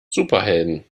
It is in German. superhelden